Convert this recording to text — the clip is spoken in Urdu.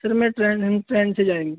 سر میں ٹرین ہم ٹرین سے جائیں گے